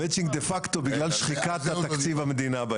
בגלל שחיקת תקציב המדינה.